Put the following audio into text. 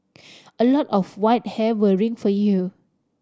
a lot of white hair worrying for you